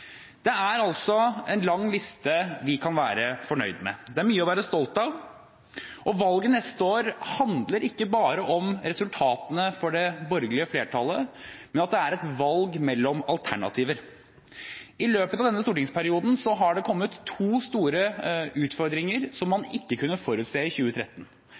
Det er altså en lang liste vi kan være fornøyd med. Det er mye å være stolt av. Valget neste år handler ikke bare om resultatene for det borgerlige flertallet. Det er et valg mellom alternativer. I løpet av denne stortingsperioden har det kommet to store utfordringer som man ikke kunne forutse i 2013.